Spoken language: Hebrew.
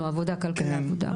הכלכלה.